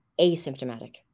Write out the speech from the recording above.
asymptomatic